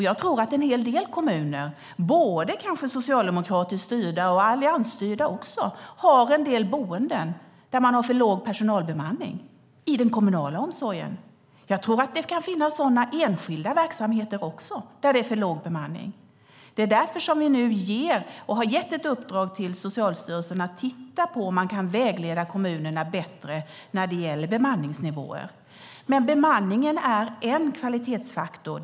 Jag tror att en hel del kommuner, kanske både socialdemokratiskt styrda och alliansstyrda, har en del boenden där man har för låg personalbemanning i den kommunala omsorgen. Jag tror även att det kan finnas enskilda verksamheter där det är för låg bemanning. Det är därför som vi nu har gett ett uppdrag till Socialstyrelsen att titta på hur man kan vägleda kommunerna bättre när det gäller bemanningsnivåer. Men bemanningen är en kvalitetsfaktor.